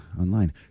online